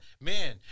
man